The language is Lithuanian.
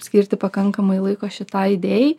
skirti pakankamai laiko šitai idėjai